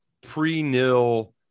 pre-nil